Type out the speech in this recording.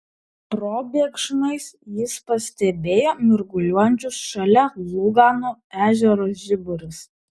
probėgšmais jis pastebėjo mirguliuojančius šalia lugano ežero žiburius